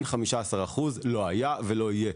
אין 15%; לא היה ולא יהיה.